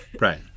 right